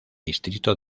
distrito